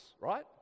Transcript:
right